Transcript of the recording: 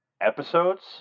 episodes